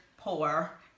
poor